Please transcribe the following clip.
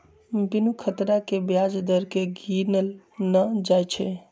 बिनु खतरा के ब्याज दर केँ गिनल न जाइ छइ